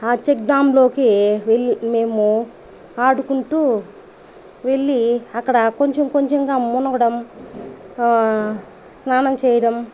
ఆ check dam లోకి వెళ్ళి మేము ఆడుకుంటూ వెళ్ళి అక్కడ కొంచెం కొంచెంగా మునగడం స్నానం చేయడం